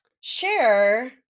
share